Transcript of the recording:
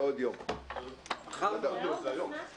אין הרכב ועדת המשנה למודיעין ושירותים מיוחדים,